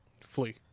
flee